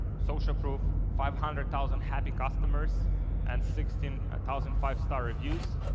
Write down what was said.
social proof, five hundred thousand happy customers and sixteen thousand five-star reviews.